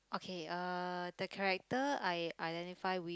okay uh the character I identify with